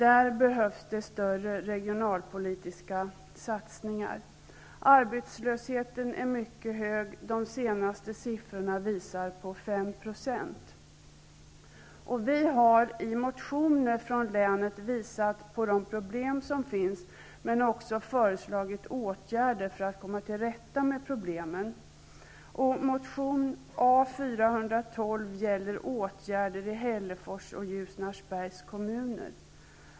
Där behövs större regionalpolitiska satsningar. Arbetslösheten är mycket hög. De senaste siffrorna visar på 5 %. Vi riksdagsledamöter från Örebro län har i motioner visat på de problem som finns men också föreslagit åtgärder för att komma till rätta med problemen. Motion A412 gäller åtgärder i Hällefors och Ljusnarsbergs kommuner.